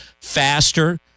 faster